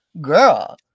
Girl